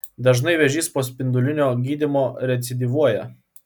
dažnai vėžys po spindulinio gydymo recidyvuoja